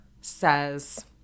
says